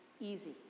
easy